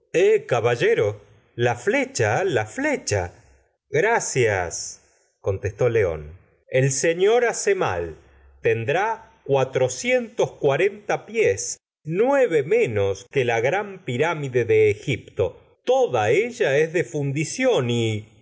caballero la flecha la flecha gracias contestó león el sefi or hace mal tendrá cuatrocientos cuarenta pies nueve menos que la gran pirámide de egipto toda ella es de fundicición y